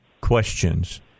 questions